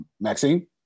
maxine